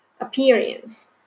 appearance